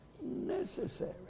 necessary